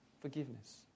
forgiveness